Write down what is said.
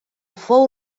fou